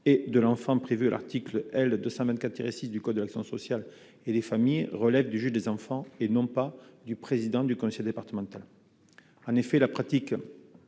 et de l'enfant, prévue à l'article L 224 précise du code de l'action sociale et des familles relève du juge des enfants et non pas du président du conseil départemental, en effet, la pratique